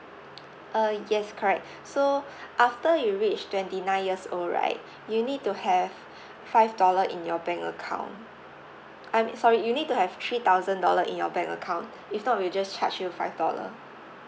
uh yes correct so after you reach twenty nine years old right you need to have five dollar in your bank account I'm sorry you need to have three thousand dollar in your bank account if not we'll just charge you five dollar